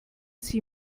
sie